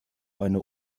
eine